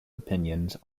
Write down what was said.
opinions